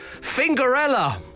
Fingerella